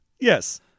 Yes